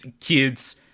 kids